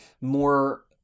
more